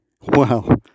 Wow